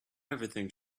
everything